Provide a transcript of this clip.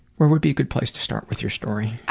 where would be a good place to start with your story?